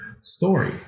story